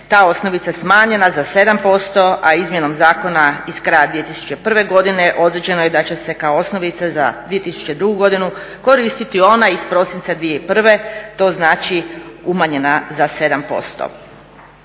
ta osnovica smanjena za 7% a izmjenom zakona iz kraja 2001. godine određeno je da će se kao osnovica za 2002. godinu koristiti ona iz prosinca 2001., to znači umanjena za 7%.